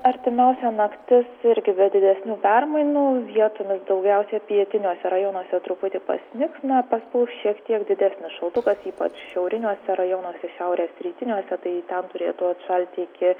artimiausia naktis irgi be didesnių permainų vietomis daugiausiai pietiniuose rajonuose truputį pasnigs na paspaus šiek tiek didesnis šaltukas ypač šiauriniuose rajonuose šiaurės rytiniuose tai turėtų atšalti iki